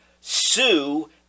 sue